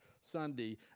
Sunday